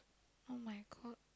oh my god